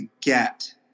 get